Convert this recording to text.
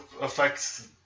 affects